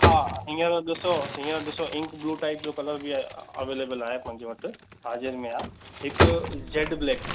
हा हीयंर ॾिसो हीयंर ॾिसो इंक ब्लू टाईप जो कलर बि आहे अवेलेबल आहे मुंहिंजे वटि हाजिर में आहे हिकु झेड ब्लैक